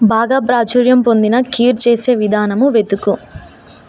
బాగా ప్రాచుర్యం పొందిన ఖీర్ చేసే విధానము వెతుకు